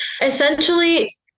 essentially